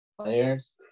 players